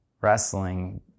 wrestling